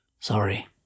Sorry